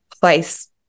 place